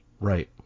Right